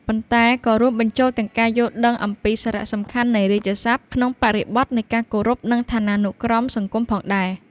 ប៉ុន្តែក៏រួមបញ្ចូលទាំងការយល់ដឹងអំពីសារៈសំខាន់នៃរាជសព្ទក្នុងបរិបទនៃការគោរព និងឋានានុក្រមសង្គមផងដែរ។